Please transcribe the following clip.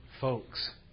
Folks